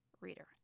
reader